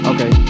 Okay